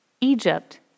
Egypt